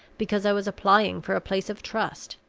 because i was applying for a place of trust.